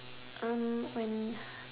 um when